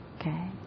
Okay